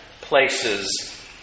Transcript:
places